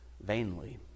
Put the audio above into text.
vainly